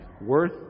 worth